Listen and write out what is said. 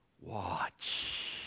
Watch